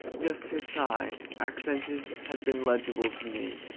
just his sigh, accented, had been legible to me.